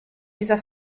dieser